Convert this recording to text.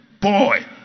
boy